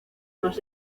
más